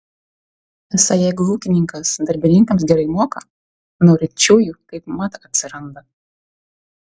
esą jeigu ūkininkas darbininkams gerai moka norinčiųjų kaipmat atsiranda